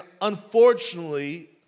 unfortunately